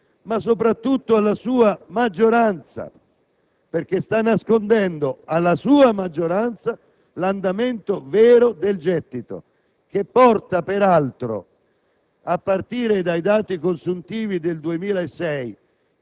non soltanto e semplicemente all'opposizione, ma soprattutto alla sua maggioranza, perché sta nascondendo alla sua maggioranza l'andamento vero del gettito, che porta, peraltro,